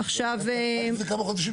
כמובן,